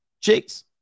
chicks